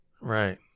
right